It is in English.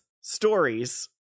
stories